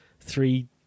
three